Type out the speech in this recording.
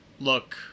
look